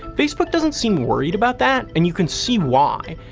facebook doesn't seem worried about that, and you can see why.